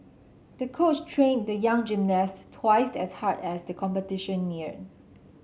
the coach trained the young gymnast twice as hard as the competition neared